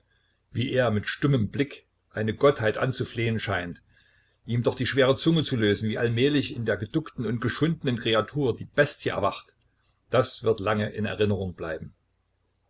wie er mit stummem blick eine gottheit anzuflehen scheint ihm doch die schwere zunge zu lösen wie allmählich in der geduckten und geschundenen kreatur die bestie erwacht das wird lange in erinnerung bleiben